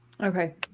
okay